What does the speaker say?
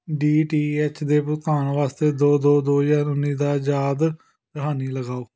D T H ਦੇ ਭੁਗਤਾਨ ਵਾਸਤੇ ਦੋ ਦੋ ਦੋ ਹਜ਼ਾਰ ਉੱਨੀ ਦਾ ਯਾਦ ਦਹਾਨੀ ਲਗਾਓ